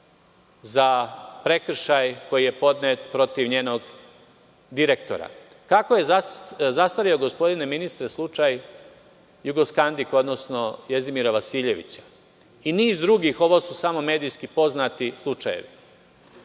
za prekršaj koji je podnet protiv njenog direktora. Kako je zastareo gospodine ministre slučaj „Jugoskandik“, odnosno Jezdimira Vasiljevića i niz drugih, ovo su samo medijski poznati slučajevi?